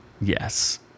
Yes